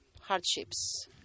hardships